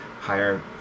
Higher